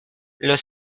los